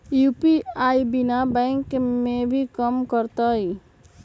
UPI बिना bank के भी कम करतै?